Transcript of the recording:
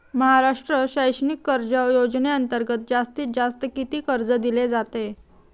महाराष्ट्र शैक्षणिक कर्ज योजनेअंतर्गत जास्तीत जास्त किती कर्ज दिले जाते?